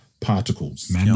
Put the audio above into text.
particles